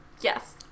Yes